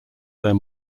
their